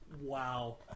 Wow